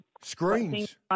Screens